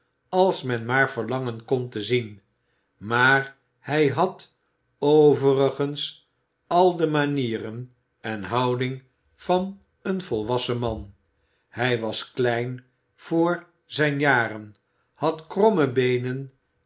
als men maar verlangen kon te zien maar hij had overigens al de manieren en houding van een volwassen man hij was klein voor zijne jaren had kromme beenen